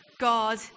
God